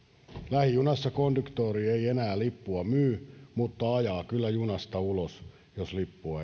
lähijunassa konduktööri ei enää lippua myy mutta ajaa kyllä junasta ulos jos lippua ei löydy